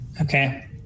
Okay